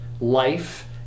life